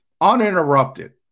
uninterrupted